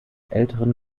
älteren